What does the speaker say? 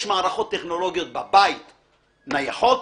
יש מערכות טכנולוגיות בבית, נייחות.